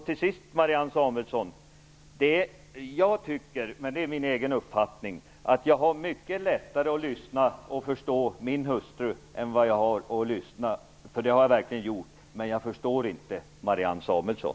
Till sist, Marianne Samuelsson: Jag har mycket lättare att lyssna på och förstå min hustru än att lyssna på och förstå Marianne Samuelsson. Jag har verkligen försökt göra det, men jag förstår inte Marianne Samuelsson.